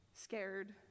Scared